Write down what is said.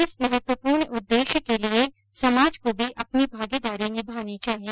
इस महत्वपूर्ण उद्देश्य के लिए समाज को भी अपनी भागीदारी निभानी चाहिए